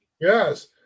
Yes